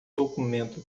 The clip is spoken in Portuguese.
documento